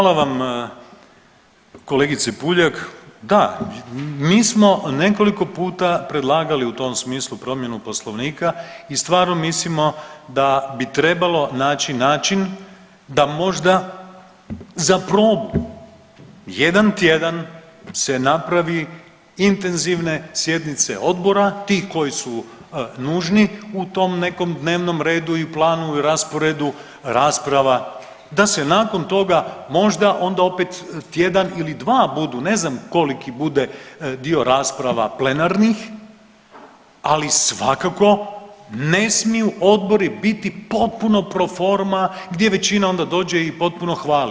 Hvala vam kolegice Puljak, da, mi smo nekoliko puta predlagali u tom smislu promjenu poslovnika i stvarno mislimo da bi trebalo naći način da možda za probu jedan tjedan se napravi intenzivne sjednice odbora tih koji su nužni u tom nekom dnevnom redu i planu i rasporedu rasprava da se nakon toga možda onda opet tjedan ili dva budu, ne znam koliki bude dio rasprava plenarnih, ali svakako ne smiju odbori biti potpuno pro forma gdje većina onda dođe i potpuno hvali.